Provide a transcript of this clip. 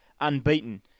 unbeaten